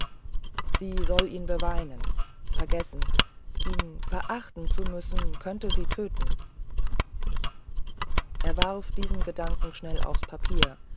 sie soll ihn beweinen vergessen ihn verachten zu müssen könnte sie töten er warf diese gedanken schnell aufs papier